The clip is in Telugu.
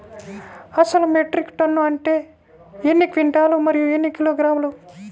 అసలు మెట్రిక్ టన్ను అంటే ఎన్ని క్వింటాలు మరియు ఎన్ని కిలోగ్రాములు?